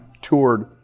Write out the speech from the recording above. toured